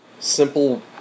simple